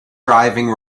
driving